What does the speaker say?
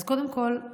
אז קודם כול,